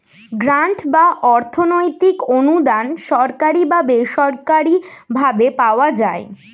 grant বা অর্থনৈতিক অনুদান সরকারি বা বেসরকারি ভাবে পাওয়া যায়